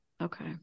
okay